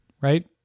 right